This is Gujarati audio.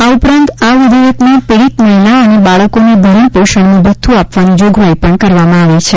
આ ઉપરાંત આ વિધેયકમાં પીડીત મહિલા અને બાળકોને ભરણપોષણનું ભથ્યું આપવાની જોગવાઈ પણ કરવામાં આવી છે